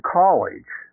college